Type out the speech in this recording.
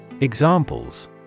Examples